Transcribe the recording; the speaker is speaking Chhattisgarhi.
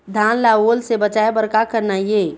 धान ला ओल से बचाए बर का करना ये?